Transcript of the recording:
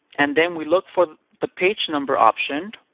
and then we look for the page number option